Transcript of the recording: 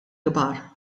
kbar